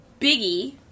biggie